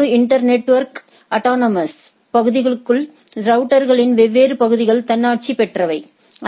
முழு internetwork autonomous பகுதிக்குள் ரவுட்டர்களின் வெவ்வேறு பகுதிகள் தன்னாட்சி பெற்றவை